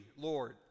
Lord